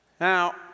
Now